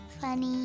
funny